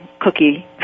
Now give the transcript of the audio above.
cookie